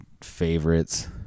favorites